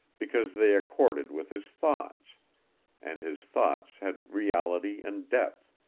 because they accorded with his thoughts and his thoughts had reality and depth,